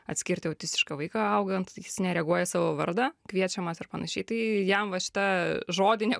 atskirti autistišką vaiką augant jis nereaguoja į savo vardą kviečiamas ir panašiai tai jam va šita žodinė